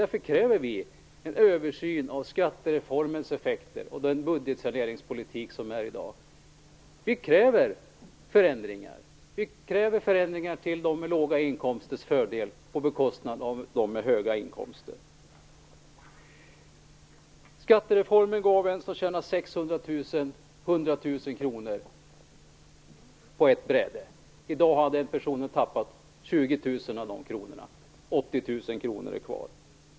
Därför kräver vi en översyn av skattereformens effekter och effekterna av den budgetsaneringspolitik som förs i dag. Vi kräver förändringar. Vi kräver förändringar till fördel för dem med låga inkomster på bekostnad av dem med höga inkomster. Skattereformen gav en som tjänar 600 000 kr om året 100 000 kr på ett bräde. I dag har den personen tappat 20 000 kr av den summan, men 80 000 kr är kvar.